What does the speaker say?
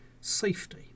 safety